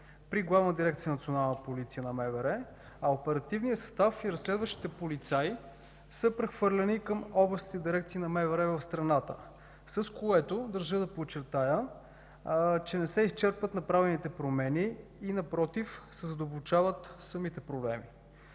при Главна дирекция „Национална полиция” на МВР, а оперативният състав и разследващите полицаи са прехвърлени към областните дирекции на МВР в страната, с което, държа да подчертая, не се изчерпват направените промени, а напротив, задълбочават се проблемите.